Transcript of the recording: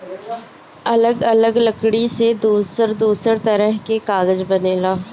अलग अलग लकड़ी से दूसर दूसर तरह के कागज बनेला